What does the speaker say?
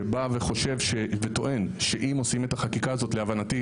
שבא וטוען שאם עושים את החקיקה הזאת להבנתי,